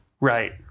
Right